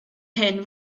hyn